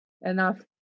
enough